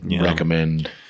recommend